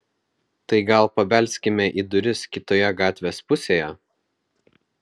tai gal pabelskime į duris kitoje gatvės pusėje